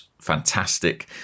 fantastic